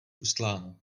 ustláno